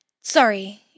Sorry